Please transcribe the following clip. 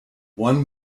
one